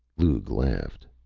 lugh laughed.